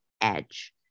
edge